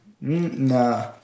Nah